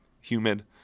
humid